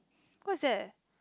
what's that